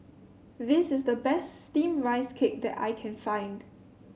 this is the best steamed Rice Cake that I can find